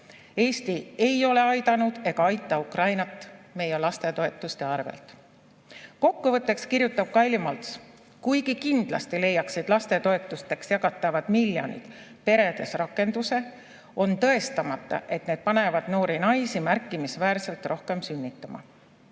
Eesti ei aidanud Ukrainat lastetoetuste arvelt." "Kokkuvõtteks," kirjutab Kaili Malts: "kuigi kindlasti leiaksid lastetoetusteks jagatavad miljonid paljudes peredes rakenduse, on tõestamata, et need panevad meie noori naisi märkimisväärselt rohkem sünnitama